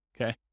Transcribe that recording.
okay